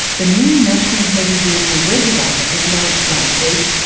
the new national heavy vehicle regulator was launched last week,